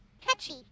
Catchy